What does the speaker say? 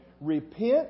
Repent